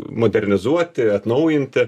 modernizuoti atnaujinti